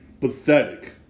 pathetic